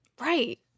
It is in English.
Right